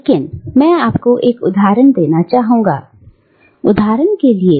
लेकिन मैं आपको एक उदाहरण देता हूं कुल ग्राम